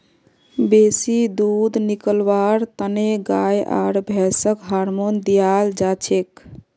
बेसी दूध निकलव्वार तने गाय आर भैंसक हार्मोन दियाल जाछेक